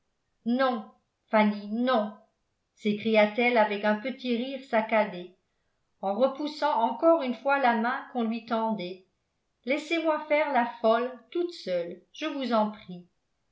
non fanny non s'écria-t-elle avec un petit rire saccadé en repoussant encore une fois la main qu'on lui tendait laissez-moi faire la folle toute seule je vous en prie